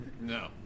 No